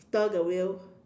steer the wheel